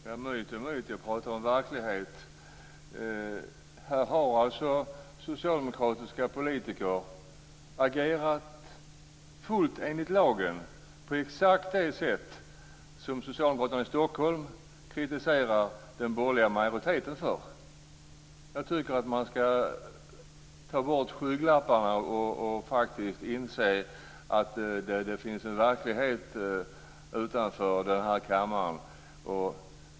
Fru talman! En myt är en myt. Jag pratar om verkligheten. Socialdemokratiska politiker har alltså agerat helt enligt lagen. Socialdemokraterna i Stockholm kritiserar den borgerliga majoriteten när de har gjort på exakt samma sätt. Jag tycker att man skall ta bort skygglapparna och faktiskt inse att det finns en verklighet utanför den här kammaren.